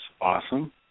awesome